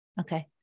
okay